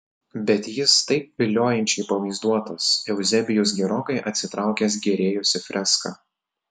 bet jis taip viliojančiai pavaizduotas euzebijus gerokai atsitraukęs gėrėjosi freska